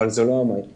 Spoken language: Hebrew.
אבל זו לא המציאות.